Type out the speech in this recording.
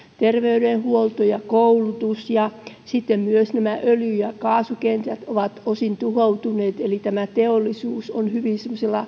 terveydenhuolto ja koulutus myös öljy ja kaasukentät ovat osin tuhoutuneet eli teollisuus on semmoisella hyvin